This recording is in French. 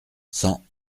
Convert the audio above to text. cent